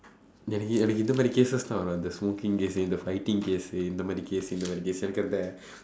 எனக்கு எனக்கு இந்த மாதிரி:enakku enakku indtha maathiri cases தான் இந்த:thaan indtha smoking case இந்த:indtha fighting case இந்த மாதிரி:indtha maathiri cases